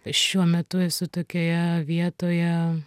šiuo metu esu tokioje vietoje